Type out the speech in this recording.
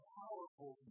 powerful